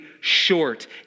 short